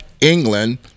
England